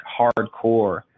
hardcore